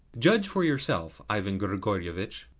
judge for yourself, ivan grigorievitch.